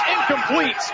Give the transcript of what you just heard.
incomplete